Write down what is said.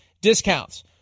discounts